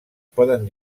poden